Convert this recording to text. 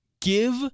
Give